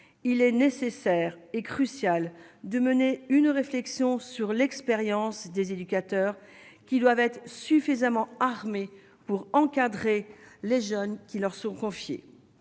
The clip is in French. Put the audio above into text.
il est nécessaire est crucial de mener une réflexion sur l'expérience des éducateurs qui doivent être suffisamment armés pour encadrer les jeunes qui leur sont confiées,